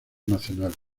nacionales